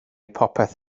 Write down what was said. popeth